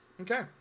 Okay